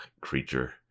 creature